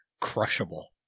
crushable